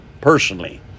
personally